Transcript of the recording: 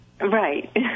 Right